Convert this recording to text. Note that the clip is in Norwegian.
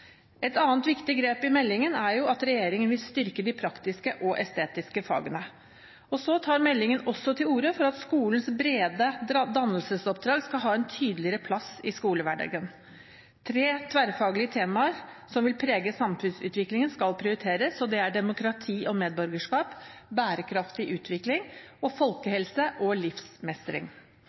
Et annet viktig grep i meldingen er at regjeringen vil styrke de praktiske og estetiske fagene. Meldingen tar også til orde for at skolens brede dannelsesoppdrag skal ha en tydeligere plass i skolehverdagen. Tre tverrfaglige temaer som vil prege samfunnsutviklingen, skal prioriteres. Det er demokrati og medborgerskap, bærekraftig utvikling og folkehelse og livsmestring.